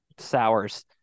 Sours